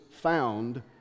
found